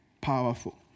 powerful